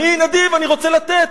אני נדיב, אני רוצה לתת,